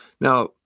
Now